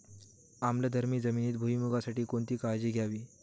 आम्लधर्मी जमिनीत भुईमूगासाठी कोणती काळजी घ्यावी?